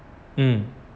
mm